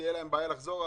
תהיה להן בעיה לחזור.